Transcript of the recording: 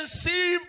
see